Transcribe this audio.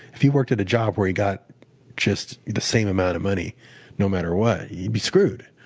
if he worked at a job where he got just the same amount of money no matter what, he'd be screwed.